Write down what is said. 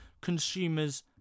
consumers